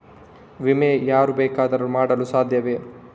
ವಿಮೆ ಯಾರು ಬೇಕಾದರೂ ಮಾಡಲು ಸಾಧ್ಯವೇ?